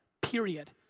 period.